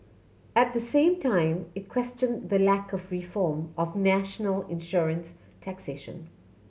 at the same time it questioned the lack of reform of national insurance taxation